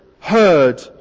heard